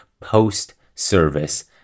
post-service